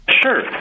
Sure